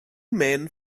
men